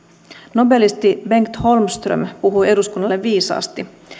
nobelisti bengt holmström puhui eduskunnalle viisaasti